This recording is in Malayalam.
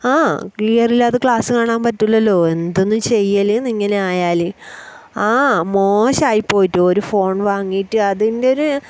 ആ ക്ലിയർ ഇല്ലാതെ ക്ലാസ് കാണാൻ പറ്റില്ലല്ലോ എന്തെന്ന് ചെയ്യൽ എന്ന് ഇങ്ങനെ ആയാൽ ആ മോശമായി പോയിട്ട് ഒരു ഫോൺ വാങ്ങിയിട്ട് അതിൻറെ ഒരു